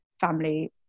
family